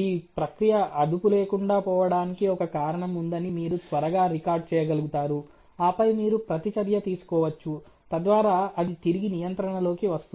ఈ ప్రక్రియ అదుపు లేకుండా పోవడానికి ఒక కారణం ఉందని మీరు త్వరగా రికార్డ్ చేయగలుగుతారు ఆపై మీరు ప్రతిచర్య తీసుకోవచ్చు తద్వారా అది తిరిగి నియంత్రణ లోకి వస్తుంది